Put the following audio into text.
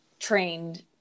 trained